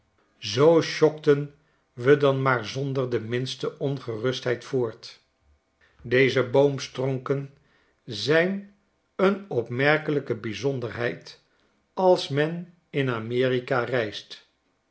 zoo sjokten we dan maar zonder de minste ongerustheid voort deze boomstronken zijn een opmerkelijke bijzonderheid als men in